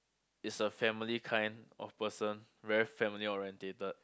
is a family kind of person very family orientated